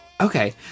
Okay